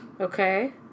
Okay